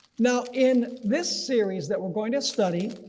now in this series that we're going to study